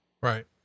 right